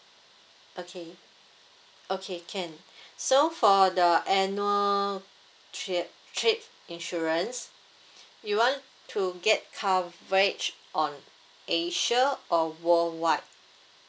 okay okay can so for the annual tri~ trip insurance you want to get coverage on asia or worldwide